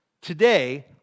today